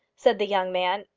said the young man.